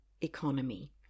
economy